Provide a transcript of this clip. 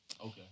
Okay